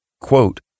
Quote